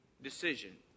decision